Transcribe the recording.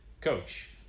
coach